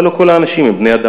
אבל לא כל האנשים הם בני-אדם,